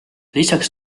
lisaks